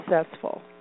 successful